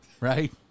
right